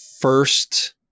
first